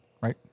Right